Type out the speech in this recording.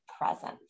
presence